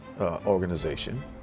organization